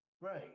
Right